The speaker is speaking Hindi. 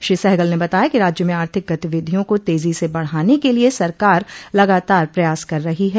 श्री सहगल ने बताया कि राज्य में आर्थिक गतिविधियों को तेजी से बढ़ाने के लिये सरकार लगातार प्रयास कर रही है